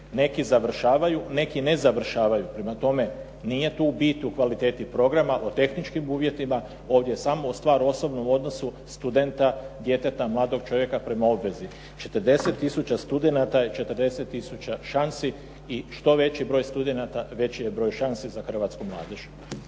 Neki završavaju, neki ne završavaju, prema tome nije tu bit u kvaliteti programa, u tehničkim uvjetima. Ovdje je samo stvar u osobnom odnosu studenta, djeteta, mladog čovjek prema obvezi. 40 tisuća studenata je 40 tisuća šansi i što veći broj studenata, veći je broj šansi za hrvatsku mladež.